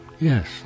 Yes